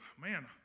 Man